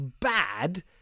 bad